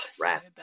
rat